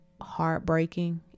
heartbreaking